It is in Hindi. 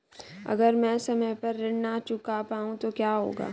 अगर म ैं समय पर ऋण न चुका पाउँ तो क्या होगा?